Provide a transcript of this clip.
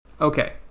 Okay